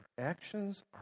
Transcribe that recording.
actions